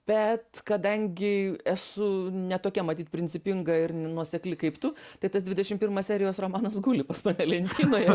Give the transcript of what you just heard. bet kadangi esu ne tokia matyt principinga ir nuosekli kaip tu tai tas dvidešim pirmas serijos romanas guli pas mane lentynoje